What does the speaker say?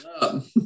up